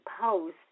post